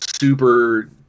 super